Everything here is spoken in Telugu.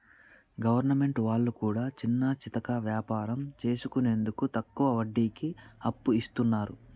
గవర్నమెంట్ వాళ్లు కూడా చిన్నాచితక వ్యాపారం చేసుకునేందుకు తక్కువ వడ్డీకి అప్పు ఇస్తున్నరు